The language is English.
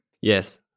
Yes